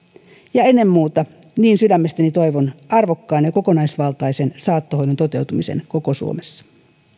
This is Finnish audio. ja ennen muuta niin sydämestäni toivon arvokkaan ja kokonaisvaltaisen saattohoidon toteutumisen koko suomessa